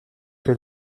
que